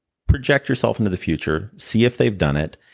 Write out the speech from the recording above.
project yourself into the future. see if they've done it,